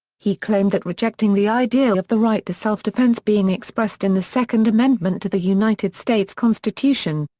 he claimed that rejecting the idea of the right to self-defense being expressed in the second amendment to the united states constitution,